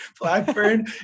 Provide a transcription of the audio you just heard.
Blackburn